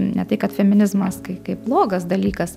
ne tai kad feminizmas kai kaip blogas dalykas